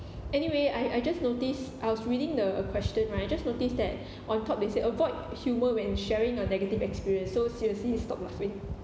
anyway I I just noticed I was reading the question right I just noticed that on top they say avoid humour when sharing a negative experience so seriously you stop laughing